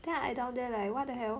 then I down there like what the hell